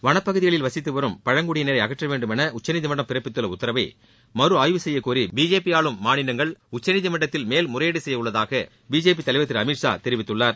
வனப்பகுதிகளில் வசித்து வரும் பழங்குடியினரை அகற்ற வேண்டும் என உச்சநீதிமன்றம் பிறப்பித்துள்ள உத்தரவை மறு ஆய்வு செய்யக்கோரி பிஜேபி ஆளும் மாநிலங்கள் உச்சநீதிமன்றத்தில் மேல்முறையீடு செய்ய உள்ளதாக பிஜேபி தலைவர் திரு அமித் ஷா தெரிவித்துள்ளார்